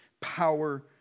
power